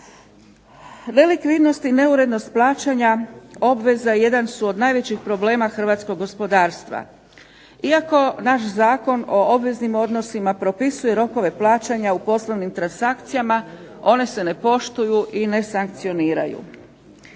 Nelikvidnost i neurednost plaćanja obveza jedan su od najvećih problema hrvatskog gospodarstva. Iako naš Zakon o obveznim odnosima propisuje rokove plaćanja u poslovnim transakcijama one se ne poštuju i ne sankcioniraju.